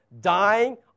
dying